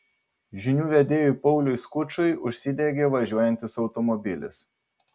žinių vedėjui pauliui skučui užsidegė važiuojantis automobilis